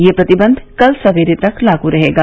ये प्रतिबंध कल सवेरे तक लागू रहेगा